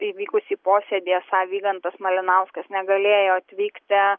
vykusį posėdį esą vygantas malinauskas negalėjo atvykti